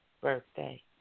birthday